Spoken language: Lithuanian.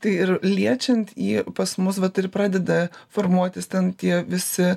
tai ir liečiant jį pas mus vat ir pradeda formuotis ten tie visi